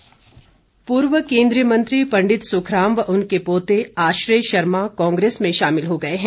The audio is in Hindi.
सुखराम पूर्व केन्द्रीय मंत्री पंडित सुखराम व उनके पोते आश्रय शर्मा कांग्रेस में शामिल हो गए हैं